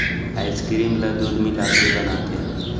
ice cream ल दूद मिलाके बनाथे